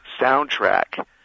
soundtrack